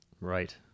Right